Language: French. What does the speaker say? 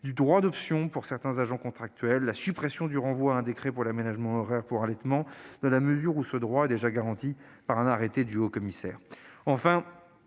du droit d'option pour certains agents contractuels ; la suppression du renvoi à un décret pour l'aménagement horaire pour allaitement, dans la mesure où ce droit est déjà garanti par un arrêté du haut-commissaire.